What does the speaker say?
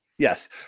yes